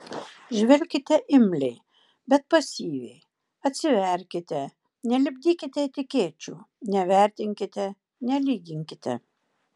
žvelkite imliai bet pasyviai atsiverkite nelipdykite etikečių nevertinkite nelyginkite